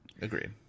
Agreed